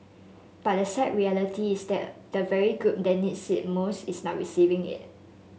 but the sad reality is that the very group that needs it most is not receiving it